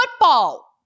football